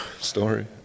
story